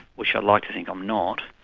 which i'd like to think i'm not,